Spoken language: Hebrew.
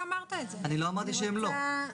בג"ץ לא דחה את זה אלא קבע דיון בנושא.